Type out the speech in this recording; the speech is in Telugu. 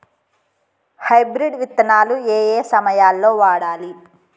హైబ్రిడ్ విత్తనాలు ఏయే సమయాల్లో వాడాలి?